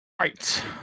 Right